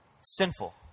sinful